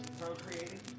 Procreating